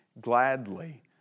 gladly